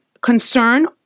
concern